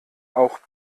auch